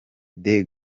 des